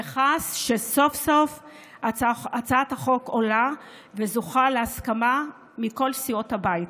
אני שמחה שסוף-סוף הצעת החוק עולה וזוכה להסכמה מכל סיעות הבית.